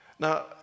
Now